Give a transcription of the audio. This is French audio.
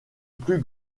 plus